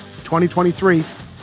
2023